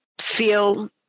feel